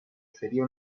sería